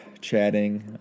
chatting